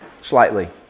slightly